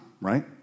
right